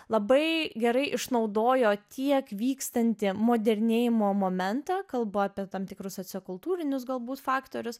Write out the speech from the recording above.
labai gerai išnaudojo tiek vykstantį modernėjimo momentą kalbu apie tam tikrus sociokultūrinius galbūt faktorius